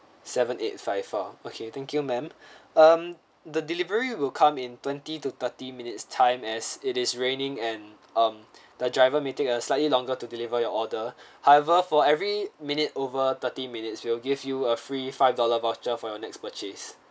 seven eight five four okay thank you ma'am um the delivery will come in twenty to thirty minutes time as it is raining and um the driver may take a slightly longer to deliver your order however for every minute over thirty minutes we will give you a free five dollar voucher for your next purchase